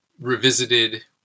revisited